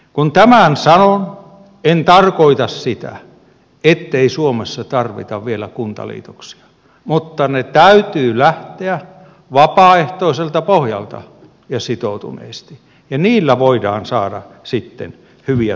kun tämän sanon en tarkoita sitä ettei suomessa tarvita vielä kuntaliitoksia mutta niiden täytyy lähteä vapaaehtoiselta pohjalta ja sitoutuneesti ja niillä voidaan saada sitten hyviä tuloksia